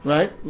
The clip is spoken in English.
Right